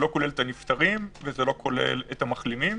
זה לא כולל את הנפטרים וזה לא כולל את המחלימים.